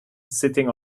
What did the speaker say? sitting